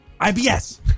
IBS